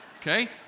Okay